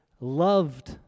loved